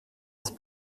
ist